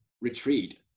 retreat